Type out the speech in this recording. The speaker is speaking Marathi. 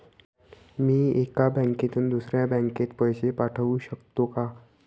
मी एका बँकेतून दुसऱ्या बँकेत पैसे पाठवू शकतो का?